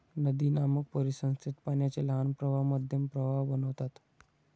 नदीनामक परिसंस्थेत पाण्याचे लहान प्रवाह मध्यम प्रवाह बनतात